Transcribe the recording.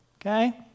okay